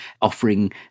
offering